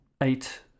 eight